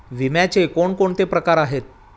विम्याचे कोणकोणते प्रकार आहेत?